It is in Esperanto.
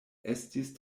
estis